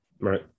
right